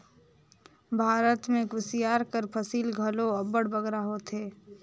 भारत में कुसियार कर फसिल घलो अब्बड़ बगरा होथे